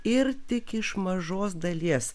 ir tik iš mažos dalies